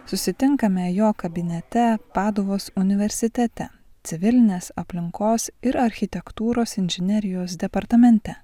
susitinkame jo kabinete paduvos universitete civilinės aplinkos ir architektūros inžinerijos departamente